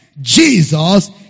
Jesus